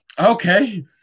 Okay